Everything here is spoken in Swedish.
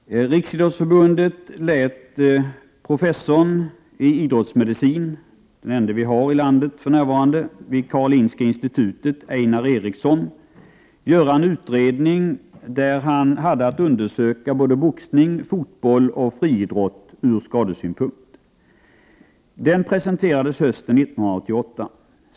Herr talman! Riksidrottsförbundet lät professorn i idrottsmedicin — den ende i landet för närvarande — vid Karolinska institutet Ejnar Eriksson göra en utredning, där han hade att undersöka både boxning, fotboll och friidrott ur skadesynpunkt. Den presenterades hösten 1988.